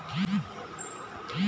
ఈ కామర్స్ యొక్క మూడు రకాలు ఏమిటి?